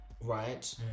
right